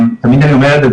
תמיד אני אומר את זה,